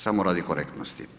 Samo radi korektnosti.